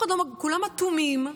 כולם אטומים.